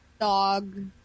dog